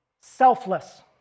Selfless